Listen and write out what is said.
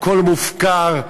הכול מופקר,